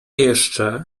jeszcze